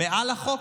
מעל החוק?